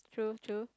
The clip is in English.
true true